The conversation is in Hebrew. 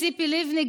ציפי לבני,